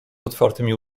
otwartymi